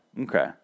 Okay